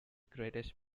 greatest